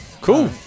cool